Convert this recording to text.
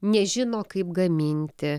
nežino kaip gaminti